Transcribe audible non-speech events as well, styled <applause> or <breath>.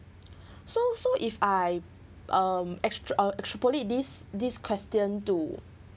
<breath> so so if I um extra~ um extrapolate this this question to